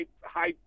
high